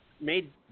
made